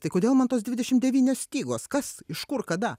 tai kodėl man tos dvidešim devynios stygos kas iš kur kada